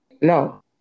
No